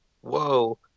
Whoa